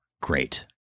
great